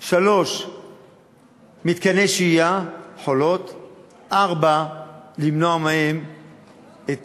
3. מתקני שהייה, "חולות"; 4. למנוע מהם את